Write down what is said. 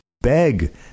beg